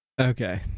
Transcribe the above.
Okay